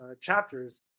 chapters